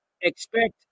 expect